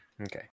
Okay